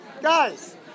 Guys